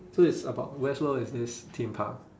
so it's about westworld is this theme park